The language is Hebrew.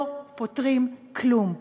לא פותרים כלום.